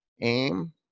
Aim